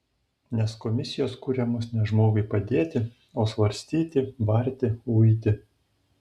nes komisijos kuriamos ne žmogui padėti o svarstyti barti uiti